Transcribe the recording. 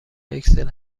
اکسل